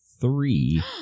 three